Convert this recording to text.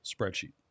spreadsheet